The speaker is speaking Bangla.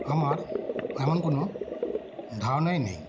আমার এমন কোনো ধারণায় নেই